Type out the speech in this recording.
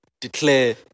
declare